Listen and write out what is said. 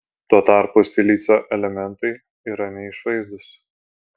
tuo tarpu silicio elementai yra neišvaizdūs